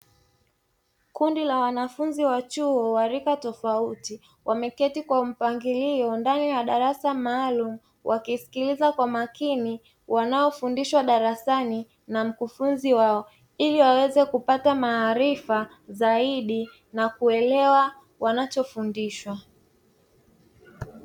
Kundi la wanafunzi wa chuo wa rika tofauti, wameketi kwa mpangilio ndani ya darasa maalumu wakisikiliza kwa makini, wanayofundishwa darasani na mkufunzi wao, ili waweze kupata maarifa zaidi na kuelewa wanachofundishwa.